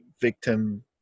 victim